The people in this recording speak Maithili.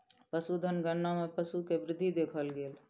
पशुधन गणना मे पशु के वृद्धि देखल गेल